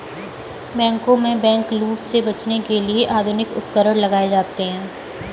बैंकों में बैंकलूट से बचने के लिए आधुनिक उपकरण लगाए जाते हैं